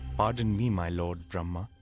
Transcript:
pardon me my lord brahma,